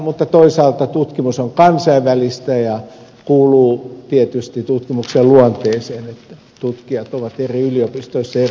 mutta toisaalta tutkimus on kansainvälistä ja kuuluu tietysti tutkimuksen luonteeseen että tutkijat ovat eri yliopistoissa ja eri maissa ja niin edelleen